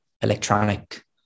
electronic